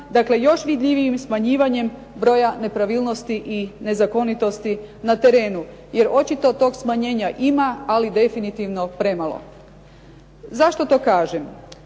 dakle još vidljivijim smanjivanjem broja nepravilnosti i nezakonitosti na terenu jer očito tog smanjenja ima, ali definitivno premalo. Zašto to kažem?